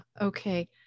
okay